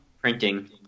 printing